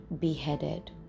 beheaded